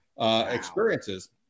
experiences